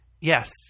Yes